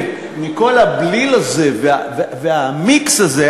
מכל הבליל הזה והמיקס הזה,